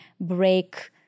break